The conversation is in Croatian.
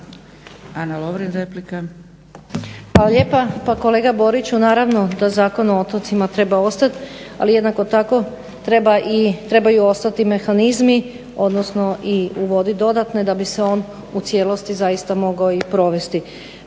Ana Lovrin, replika.